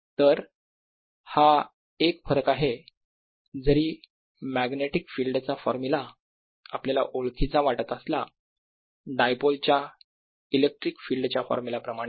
तर हा एक फरक आहे जरी मॅग्नेटिक फिल्ड चा फॉर्मुला आपल्याला ओळखीचा वाटत असला डायपोलच्या इलेक्ट्रिक फील्ड च्या फॉर्मुला प्रमाणे